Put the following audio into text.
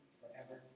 forever